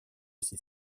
ces